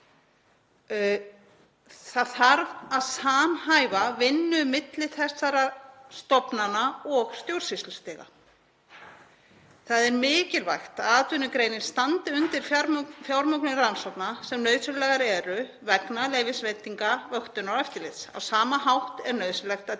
Það þarf að samhæfa vinnu milli þessara stofnana og stjórnsýslustiga. Það er mikilvægt að atvinnugreinin standi undir fjármögnun rannsókna sem nauðsynlegar eru vegna leyfisveitinga, vöktunar og eftirlits. Á sama hátt er nauðsynlegt að